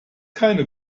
keine